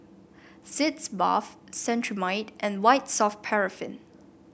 Sitz Bath Cetrimide and White Soft Paraffin